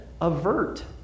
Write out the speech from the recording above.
avert